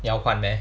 要换 meh